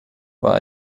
war